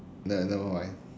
ya never mind